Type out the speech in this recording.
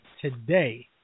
today